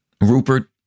Rupert